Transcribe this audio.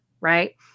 right